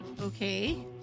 Okay